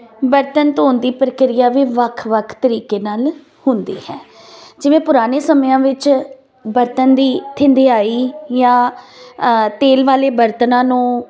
ਬਰਤਨ ਧੋਣ ਦੀ ਪ੍ਰਕਿਰਿਆ ਵੀ ਵੱਖ ਵੱਖ ਤਰੀਕੇ ਨਾਲ ਹੁੰਦੀ ਹੈ ਜਿਵੇਂ ਪੁਰਾਣੇ ਸਮਿਆਂ ਵਿੱਚ ਬਰਤਨ ਦੀ ਥਿੰਦਿਆਈ ਜਾਂ ਤੇਲ ਵਾਲੀਆਂ ਬਰਤਨਾਂ ਨੂੰ